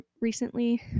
recently